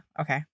Okay